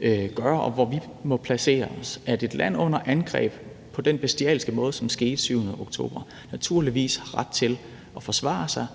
til hvor vi må placere os. Et land under angreb – på den bestialske måde, som det skete på den 7. oktober – har naturligvis ret til at forsvare sig.